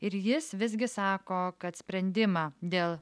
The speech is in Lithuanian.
ir jis visgi sako kad sprendimą dėl